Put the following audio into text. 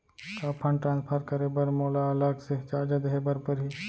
का fund transfer करे बर मोला अलग से चार्ज देहे बर परही?